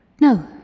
No